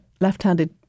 left-handed